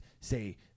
say